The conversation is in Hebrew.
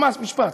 ממש משפט.